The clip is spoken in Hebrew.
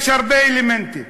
יש הרבה אלמנטים.